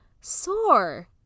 sore